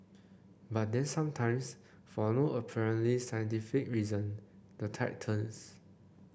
but then sometimes for no apparently scientific reason the tide turns